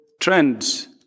trends